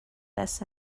less